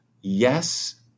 yes